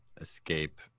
escape